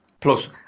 Plus